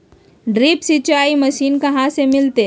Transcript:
Drip सिंचाई machine कहाँ से मिलतै?